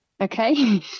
Okay